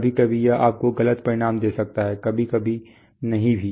कभी कभी यह आपको गलत परिणाम दे सकता है कभी कभी नहीं भी